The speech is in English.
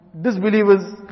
disbelievers